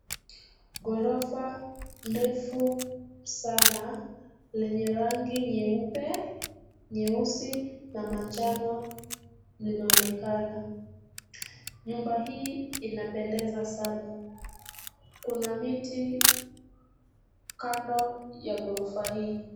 Ghorofa ndefu sana lenye rangi nyeupe, nyeusi na manjano linaonekana. Nyumba hii inapendeza sana. Kuna miti kando ya ghorofa hii.